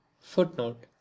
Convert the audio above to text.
Footnote